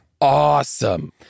awesome